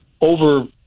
over